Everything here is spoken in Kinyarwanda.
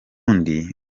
ndi